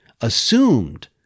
assumed